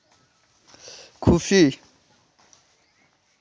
ᱠᱷᱩᱥᱤ